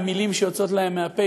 מהמילים שיוצאות להם מהפה,